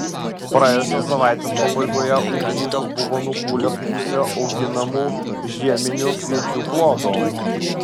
praėjusios savaitės pabaigoje ūkininkas buvo nukūlęs pusę auginamų žieminių kviečių ploto